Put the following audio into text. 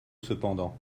cependant